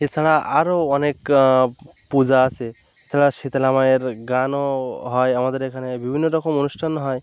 এছাড়া আরো অনেক পূজা আছে যারা শেতলা মায়ের গানও হয় আমাদের এখানে বিভিন্ন রকম অনুষ্ঠান হয়